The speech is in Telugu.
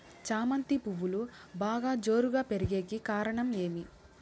చామంతి పువ్వులు బాగా జోరుగా పెరిగేకి కారణం ఏమి?